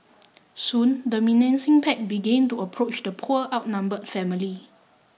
soon the menacing pack began to approach the poor outnumbered family